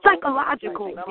psychological